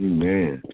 Amen